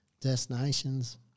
destinations